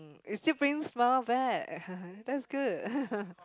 it still brings smile back that's good